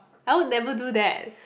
I would never do that